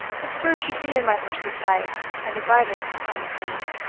the spur should be in my horse's side, and the bridle upon his mane.